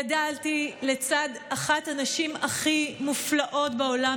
גדלתי לצד אחת הנשים הכי מופלאות בעולם,